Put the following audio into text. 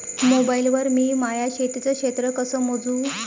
Mobile वर मी माया शेतीचं क्षेत्र कस मोजू?